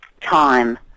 time